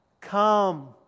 come